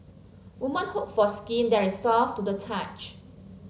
women hope for skin that is soft to the touch